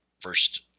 first